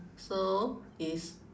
so is